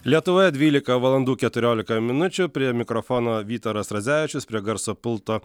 lietuvoje dvylika valandų keturiolika minučių prie mikrofono vytaras radzevičius prie garso pulto